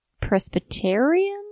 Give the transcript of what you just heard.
Presbyterian